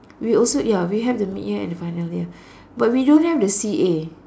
we also ya we have the mid year and the final year but we don't have the C_A